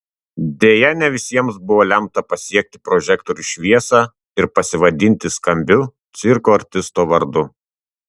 deja ne visiems buvo lemta pasiekti prožektorių šviesą ir pasivadinti skambiu cirko artisto vardu